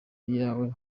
ayawe